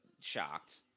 shocked